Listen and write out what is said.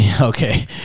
okay